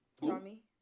Tommy